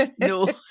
No